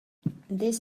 this